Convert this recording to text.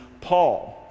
Paul